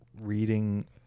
reading